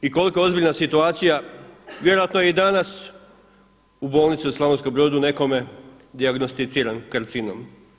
I koliko ozbiljna situacija, vjerojatno je i danas u Bolnici u Slavonskom Brodu nekome dijagnosticiran karcinom.